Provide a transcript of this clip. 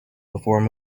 before